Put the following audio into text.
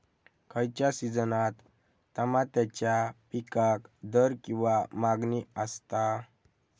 खयच्या सिजनात तमात्याच्या पीकाक दर किंवा मागणी आसता?